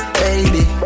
baby